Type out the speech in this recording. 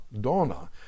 donna